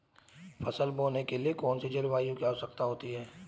फसल बोने के लिए कौन सी जलवायु की आवश्यकता होती है?